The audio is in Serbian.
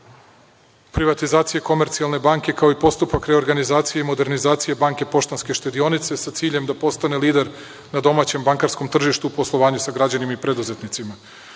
privatizacije Komercijalne banke, kao i postupak reorganizacije i modernizacije Banke Poštanske štedionice sa ciljem da postane lider na domaćem bankarskom tržištu u poslovanju sa građanima i preduzetnicima. Biće